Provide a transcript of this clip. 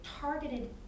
targeted